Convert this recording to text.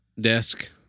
desk